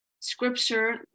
scripture